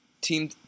team